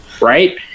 right